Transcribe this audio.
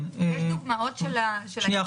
יש דוגמאות של ייפוי כוח מתמשך באתר?